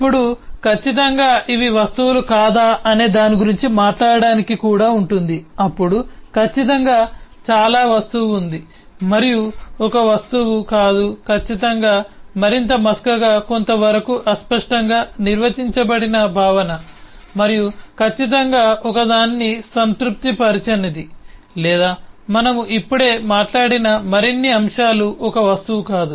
ఇప్పుడు ఖచ్చితంగా ఇవి వస్తువులు కాదా అనే దాని గురించి మాట్లాడటానికి కూడా ఉంటుంది అప్పుడు ఖచ్చితంగా చాలా వస్తువు ఉంది మరియు ఒక వస్తువు కాదు ఖచ్చితంగా మరింత మసకగా కొంతవరకు అస్పష్టంగా నిర్వచించబడిన భావన మరియు ఖచ్చితంగా ఒకదాన్ని సంతృప్తిపరచనిది లేదా మనము ఇప్పుడే మాట్లాడిన మరిన్ని అంశాలు ఒక వస్తువు కాదు